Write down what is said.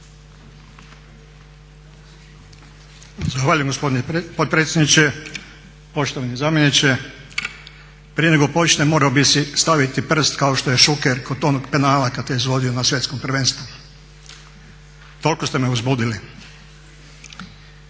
Zahvaljujem gospodine potpredsjedniče, poštovani zamjeniče. Prije nego počnem morao bi si staviti prst kao što je Šuker kod onog penala kad je izvodio na svjetskom prvenstvu. Toliko ste me uzbudili.